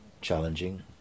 challenging